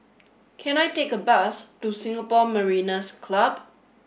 can I take a bus to Singapore Mariners' Club